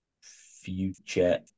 future